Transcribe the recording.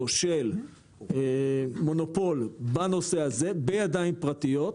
של מונופול בנושא הזה בידיים פרטיות,